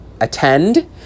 attend